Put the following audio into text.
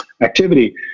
activity